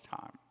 time